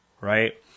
right